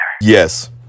Yes